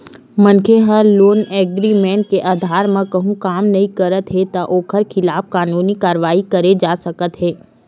मनखे ह loan agreement के अधार म कहूँ काम नइ करत हे त ओखर खिलाफ कानूनी कारवाही करे जा सकत हे